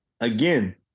again